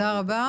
תודה רבה,